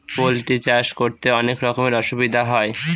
poultry চাষ করতে অনেক রকমের অসুবিধা হয়